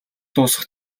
дуусах